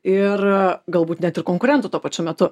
ir galbūt net ir konkurentu tuo pačiu metu